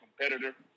competitor